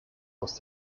aus